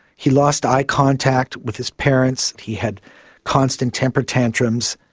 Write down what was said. he lost eye contact with his parents, he had constant temperature tantrums,